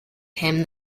him